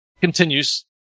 Continues